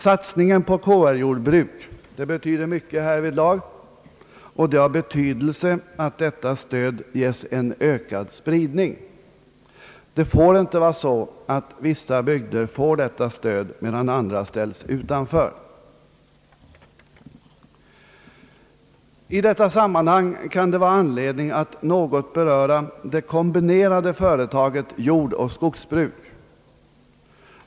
Satsningen på KR-jordbruk betyder mycket härvidlag, och det är viktigt att detta stöd ges en ökad spridning. Det skall inte gå till så att vissa bygder får detta stöd, medan andra ställs utanför. I detta sammanhang kan det vara anledning att något beröra det kombinerade företaget jordoch skogsbruk.